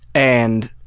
and